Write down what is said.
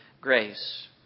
grace